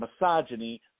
misogyny